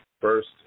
first